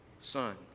Son